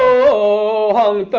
o